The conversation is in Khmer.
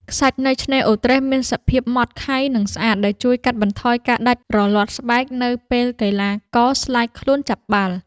ខ្សាច់នៅឆ្នេរអូរត្រេះមានសភាពម៉ដ្តខៃ និងស្អាត ដែលជួយកាត់បន្ថយការដាច់រលាត់ស្បែកនៅពេលកីឡាករស្លាយខ្លួនចាប់បាល់។